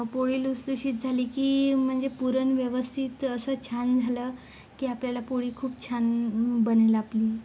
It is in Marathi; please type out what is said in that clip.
पोळी लुसलुशीत झाली की म्हणजे पुरण व्यवस्थित असं छान झालं की आपल्याला पोळी खूप छान बनेल आपली